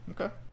Okay